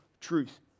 truth